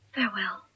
Farewell